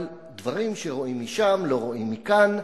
אבל דברים שרואים משם לא רואים מכאן,